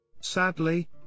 sadly